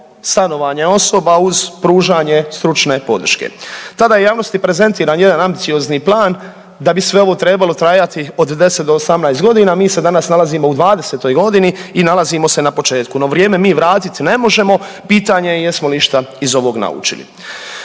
stanovanje osoba uz pružanje stručne podrške. Tada je javnosti prezentiran jedan ambiciozni plan da bi ovo sve trebalo trajati od 10 do 18 godina. Mi se danas nalazimo u dvadesetoj godini i nalazimo se na početku, no vrijeme mi vratit ne možemo, pitanje je jesmo li išta iz ovog naučili.